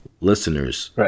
listeners